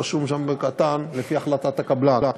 רשום שם בקטן: לפי החלטת הקבלן.